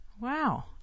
wow